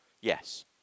Yes